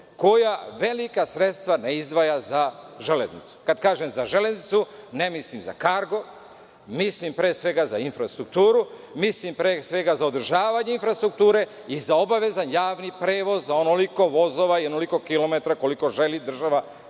koja velika sredstva ne izdvaja za železnicu. Kada kažem za železnicu, ne mislim za Kargo, mislim za infrastrukturu, mislim za održavanje infrastrukture i za obavezan javni prevoz, za onoliko vozova i onoliko kilometara koliko želi država